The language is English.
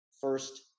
first